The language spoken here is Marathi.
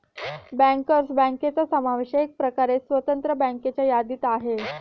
बँकर्स बँकांचा समावेश एकप्रकारे स्वतंत्र बँकांच्या यादीत आहे